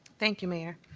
thank you, mayor.